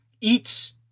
eats